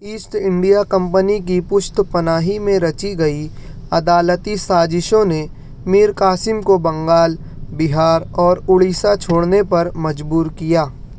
asset India Company کی پشت پناہی میں رچی گئی عدالتی سازشوں نے میر قاسم کو بنگال بہار اور اڑیسہ چھوڑنے پر مجبور کیا